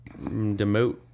demote